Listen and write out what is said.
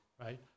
right